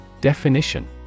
definition